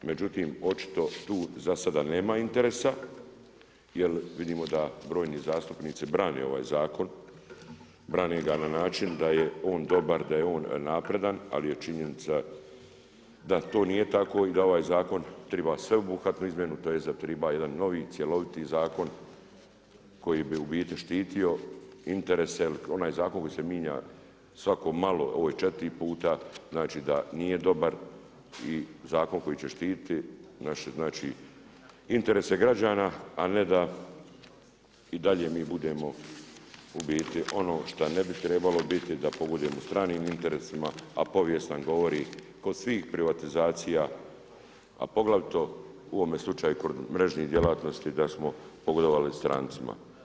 Međutim, očito tu zasada nema interesa jer vidimo da brojni zastupnici brane ovaj zakon, brane ga na način da je on dobar, da je on napredan, ali je činjenica da to nije tako i da ovaj zakon treba sveobuhvatnu izmjenu tj. da treba jedan novi cjeloviti zakon, koji bi u biti štitio interese, jer onaj zakon koji se mijenja svako malo, ovaj 4 puta, znači da nije dobar i zakon koji će štiti interese građana a ne da i dalje mi budemo u biti ono što ne bi trebalo, da pogodujemo stranim interesima a povijest nam govori kod svih privatizacija a poglavito u ovom slučaju kod mrežnih djelatnosti da smo pogodovali strancima.